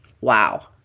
Wow